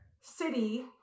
city